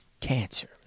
cancer